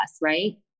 right